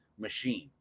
machine